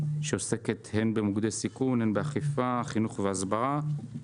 שעוסקת הן במוקדי סיכון, הן באכיפה, חינוך והסברה.